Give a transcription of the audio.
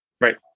right